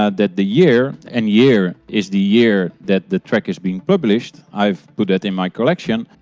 ah that the year. and year is the year that the track is being published, i've put that in my collection.